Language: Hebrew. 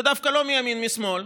ודווקא לא מימין, משמאל,